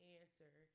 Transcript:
answer